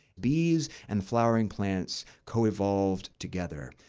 bees and flowering plants coevolved together,